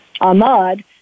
Ahmad